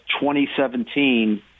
2017